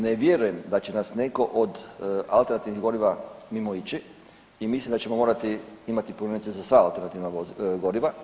Ne vjerujem da će nas neko od alternativnih goriva mimoići i mislim da ćemo morati imati punionice za sva alternativna goriva.